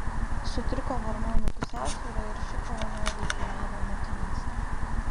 sutriko hormonų pusiausvyra ir ši kova nadiai kainavo motinystę